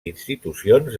institucions